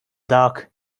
dark